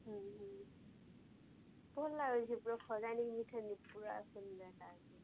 ହୁଁ ହୁଁ ଭଲ ଲାଗୁଛି ପୁରା ଅଛି